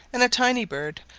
and a tiny bird,